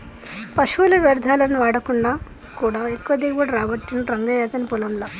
పశువుల వ్యర్ధాలను వాడకుండా కూడా ఎక్కువ దిగుబడి రాబట్టిండు రంగయ్య అతని పొలం ల